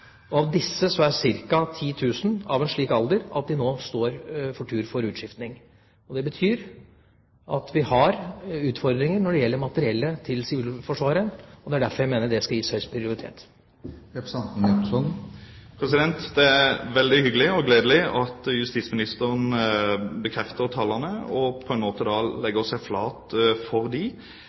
og av disse er ca. 10 000 av en slik alder at de nå står for tur for utskifting. Det betyr at vi har utfordringer når det gjelder materiellet til Sivilforsvaret, og det er derfor jeg mener det skal gis høyest prioritet. Det er veldig hyggelig og gledelig at justisministeren bekrefter tallene og på en måte legger seg flat for